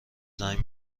زنگ